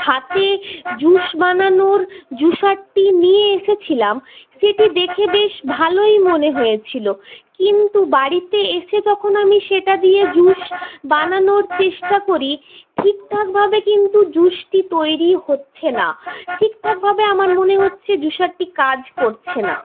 হাতে জুস বানানোর জুসারটি নিয়ে এসেছিলাম সেটি দেখে বেশ ভালোই মনে হয়েছিল কিন্তু বাড়িতে এসে যখন আমি সেটা দিয়ে জুস বানানোর চেষ্টা করি ঠিকঠাক ভাবে কিন্তু জুসটি তৈরি হচ্ছে না ঠিকঠাক ভাবে আমার মনে হচ্ছে জুসারটি কাজ করছে না